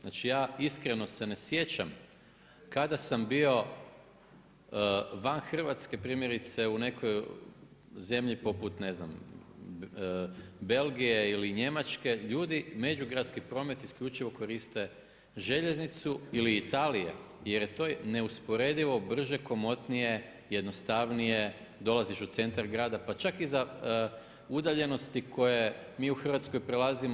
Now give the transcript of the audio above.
Znači ja iskreno se ne sjećam kada sam bio van Hrvatske, primjerice u nekoj zemlji poput, ne znam Belgije ili Njemačke, ljudi međugradski promet isključivo koriste željeznicu ili Italije jer to je neusporedivo brže, komotnije, jednostavnije, dolaziš u centar grada, pa čak i za udaljenosti koje mi u Hrvatskoj prelazimo.